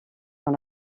dans